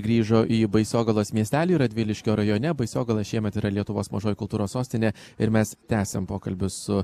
grįžo į baisogalos miestelyje radviliškio rajone baisogala šiemet yra lietuvos mažoji kultūros sostinė ir mes tęsiam pokalbius su